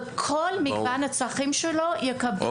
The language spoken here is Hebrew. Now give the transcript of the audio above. וכל מגוון הצרכים שלו יקבלו מענה.